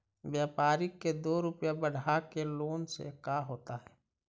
व्यापारिक के दो रूपया बढ़ा के लेने से का होता है?